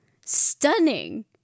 stunning